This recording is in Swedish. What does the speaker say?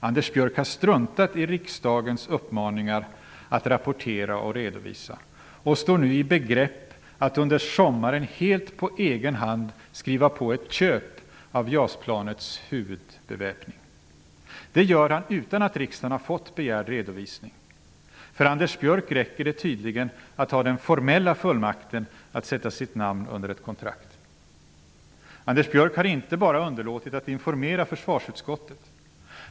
Anders Björck har struntat i riksdagens uppmaningar att rapportera och redovisa och står nu i begrepp att under sommaren helt på egen hand skriva under ett köp av JAS-planets huvudbeväpning. Detta gör han utan att riksdagen har fått den begärda redovisningen. För Anders Björck räcker det tydligen att han har den formella fullmakten att sätta sitt namn under ett kontrakt. Anders Björck har inte bara underlåtit att informera försvarsutskottet.